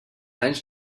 anys